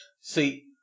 See